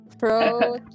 Pro